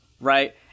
right